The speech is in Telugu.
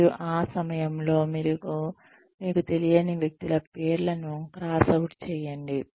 మరియు ఆ సమయంలో మీరు మీకు తెలియని వ్యక్తుల పేర్లను క్రాస్ అవుట్ చేయండి